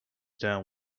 down